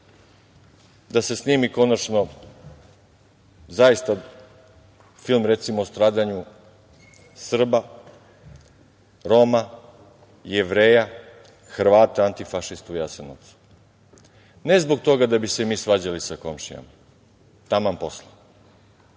da se snimi konačno film, recimo, o stradanju Srba, Roma, Jevreja, Hrvata antifašista u Jasenovcu. Ne zbog toga da bi se mi svađali sa komšijama, taman posla.